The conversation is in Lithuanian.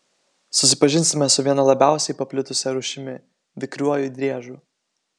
susipažinsime su viena labiausiai paplitusia rūšimi vikriuoju driežu